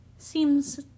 Seems